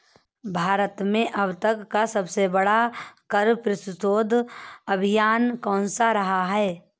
भारत में अब तक का सबसे बड़ा कर प्रतिरोध अभियान कौनसा रहा है?